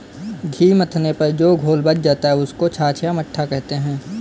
घी मथने पर जो घोल बच जाता है, उसको छाछ या मट्ठा कहते हैं